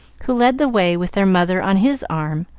who led the way with their mother on his arm,